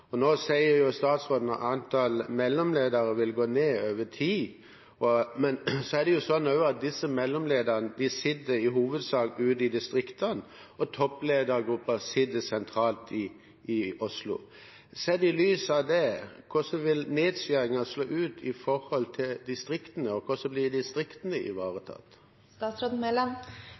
Nå sier statsråden at antallet mellomledere vil gå ned over tid, men så er det jo slik at disse mellomlederne i hovedsak sitter ute i distriktene, og toppledergruppen sitter sentralt i Oslo. Sett i lys av det: Hvordan vil nedskjæringene slå ut i distriktene, og hvordan blir distriktene ivaretatt? Innovasjon Norge skal være der kundene er, og